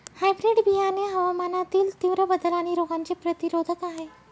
hybrid बियाणे हवामानातील तीव्र बदल आणि रोगांचे प्रतिरोधक आहे